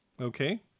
okay